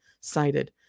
cited